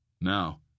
Now